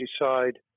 decide